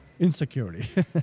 Insecurity